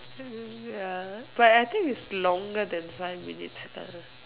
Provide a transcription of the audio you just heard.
err ya but I think it's longer than five minutes lah